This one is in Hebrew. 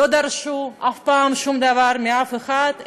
לא דרשו אף פעם שום דבר מאף אחד,